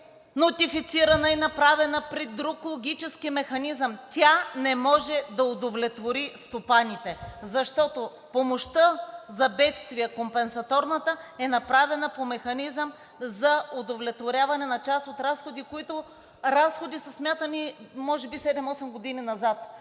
е нотифицирана и направена при друг логически механизъм и тя не може да удовлетвори стопаните, защото компенсаторната помощ за бедствия е направена по механизъм за удовлетворяване на част от разходи, които са смятани може би седем-осем години назад.